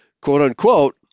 quote-unquote